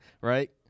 Right